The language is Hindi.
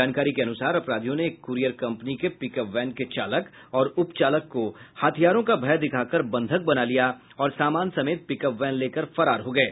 जानकारी के अनुसार अपराधियों ने एक कूरियर कंपनी के पिकअप वैन के चालक और उप चालक को हथियारों का भय दिखाकर बंधक बना लिया और सामान समेत पिकअप वैन लेकर फरार हो गये